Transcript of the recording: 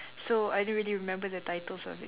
so I don't really remember the titles of it